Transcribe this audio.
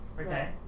Okay